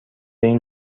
این